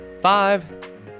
five